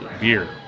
beer